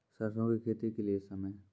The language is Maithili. सरसों की खेती के लिए समय?